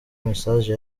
message